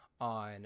on